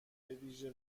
بویژه